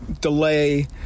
delay